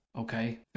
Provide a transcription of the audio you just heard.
Okay